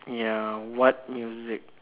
ya what music